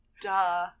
Duh